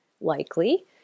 likely